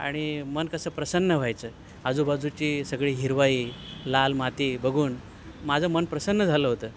आणि मन कसं प्रसन्न व्हायचं आजूबाजूची सगळी हिरवाई लाल माती बघून माझं मन प्रसन्न झालं होतं